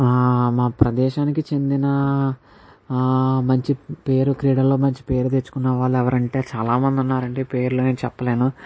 మా ప్రదేశానికి చెందిన మంచి పేరు క్రీడలలో మంచి పేరు తెచ్చుకున్న వాళ్ళు ఎవరంటే చాలామంది ఉన్నారండి పేర్లు నేను చెప్పలేను